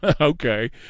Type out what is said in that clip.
okay